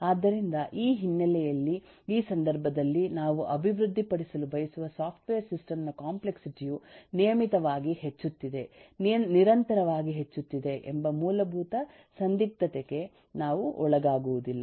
ಆದ್ದರಿಂದ ಈ ಹಿನ್ನೆಲೆಯಲ್ಲಿ ಈ ಸಂದರ್ಭದಲ್ಲಿ ನಾವು ಅಭಿವೃದ್ಧಿಪಡಿಸಲು ಬಯಸುವ ಸಾಫ್ಟ್ವೇರ್ ಸಿಸ್ಟಮ್ ನ ಕಾಂಪ್ಲೆಕ್ಸಿಟಿ ಯು ನಿಯಮಿತವಾಗಿ ಹೆಚ್ಚುತ್ತಿದೆ ನಿರಂತರವಾಗಿ ಹೆಚ್ಚುತ್ತಿದೆ ಎಂಬ ಮೂಲಭೂತ ಸಂದಿಗ್ಧತೆಗೆ ನಾವು ಒಳಗಾಗುವುದಿಲ್ಲ